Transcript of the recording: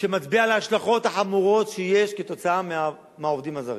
ההשלכות החמורות שיש כתוצאה מהעובדים הזרים.